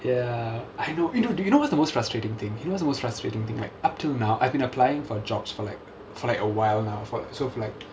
ya I know you know do you know what's the most frustrating thing you know what's the most frustrating thing right up till now I've been applying for jobs for like for like a while now for so for like